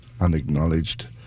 Unacknowledged